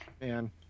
man